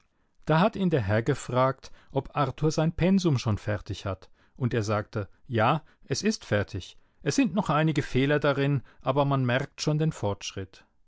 da hat ihn der herr gefragt ob arthur sein pensum schon fertig hat und er sagte ja es ist fertig es sind noch einige fehler darin aber man merkt schon den fortschritt